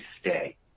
stay